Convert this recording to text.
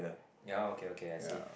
ya okay okay I see